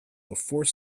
before